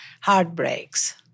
heartbreaks